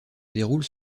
déroulent